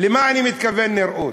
למה אני מתכוון בנראות?